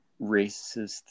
racist